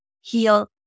heal